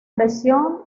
presión